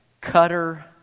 Cutter